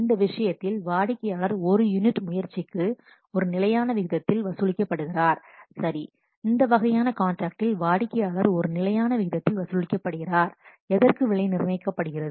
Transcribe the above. இந்த விஷயத்தில் வாடிக்கையாளர் ஒரு யூனிட் முயற்சிக்கு ஒரு நிலையான விகிதத்தில் வசூலிக்கப்படுகிறார் சரி இந்த வகையான கான்ட்ராக்டில் வாடிக்கையாளர் ஒரு நிலையான விகிதத்தில் வசூலிக்கப்படுகிறார் எதற்கு விலை நிர்ணயிக்கப்படுகிறது